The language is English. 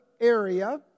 area